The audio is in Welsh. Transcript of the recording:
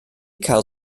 cael